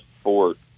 sport